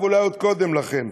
ואולי עוד קודם לכן.